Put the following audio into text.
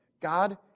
God